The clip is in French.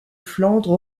flandre